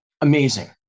Amazing